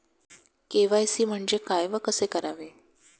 KYC म्हणजे काय व कसे करावे?